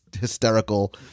hysterical